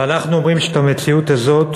ואנחנו אומרים שאת המציאות הזאת